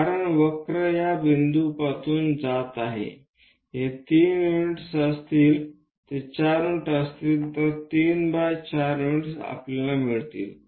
कारण वक्र या बिंदूतून जात आहे हे तीन युनिट्स असतील ते 4 युनिट असतील तर 3 बाय 4 युनिट्स आपल्याला मिळतील